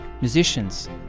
musicians